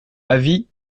avis